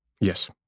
Yes